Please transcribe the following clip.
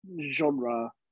genre